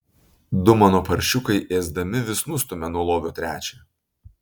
du mano paršiukai ėsdami vis nustumia nuo lovio trečią